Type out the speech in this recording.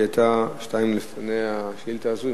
שהיתה שתי שאילתות לפני השאילתא הזו,